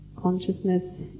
consciousness